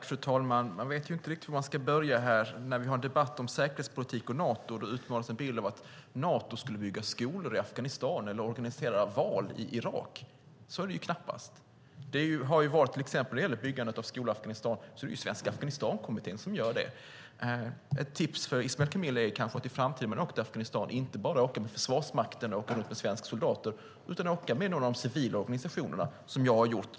Fru talman! Man vet inte riktigt hur man ska börja. När vi har en debatt om säkerhetspolitik och Nato utmålas en bild av att Nato skulle bygga skolor i Afghanistan eller organisera val i Irak. Så är det ju knappast. När det till exempel gäller byggandet av skolor i Afghanistan är det Svenska Afghanistankommittén som gör det. Ett tips till Ismail Kamil är kanske att i framtiden, när han åker till Afghanistan, inte bara åka med Försvarsmakten och åka runt med svenska soldater utan åka med några av de civila organisationerna, som jag har gjort.